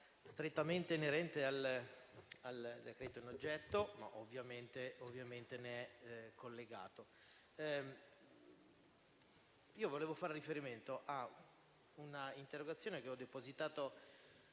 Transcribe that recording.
strettamente inerente al decreto-legge in oggetto, ma ovviamente è collegato. Vorrei far riferimento a un'interrogazione che ho depositato